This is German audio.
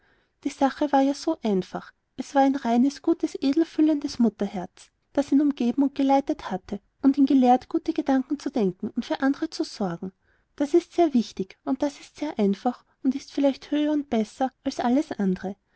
die sache war ja so einfach es war ein reines gutes edelfühlendes mutterherz das ihn umgeben und geleitet hatte und ihn gelehrt gute gedanken zu denken und für andre zu sorgen das ist sehr wenig und ist sehr einfach und ist vielleicht höher und besser als alles andre